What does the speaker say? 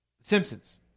Simpsons